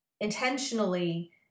intentionally